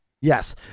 Yes